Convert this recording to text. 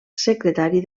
secretari